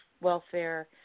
welfare